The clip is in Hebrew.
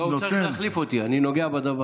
לא, הוא צריך להחליף אותי, אני נוגע בדבר.